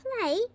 play